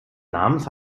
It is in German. namens